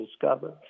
discover